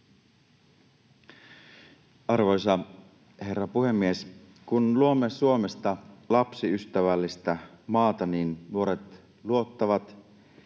Arvoisa herra puhemies! Kun luomme Suomesta lapsiystävällistä maata, niin nuoret luottavat